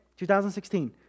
2016